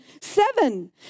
seven